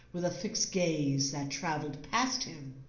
with a fixed gaze that travelled past him.